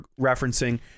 referencing